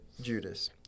Judas